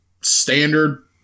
standard